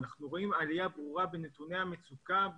אנחנו רואים עלייה ברורה בנתוני המצוקה,